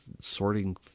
sorting